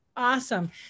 Awesome